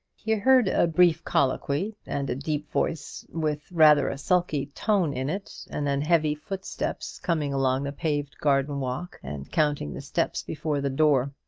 he heard a brief colloquy, and a deep voice with rather a sulky tone in it, and then heavy footsteps coming along the paved garden-walk and counting the steps before the door.